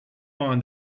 mind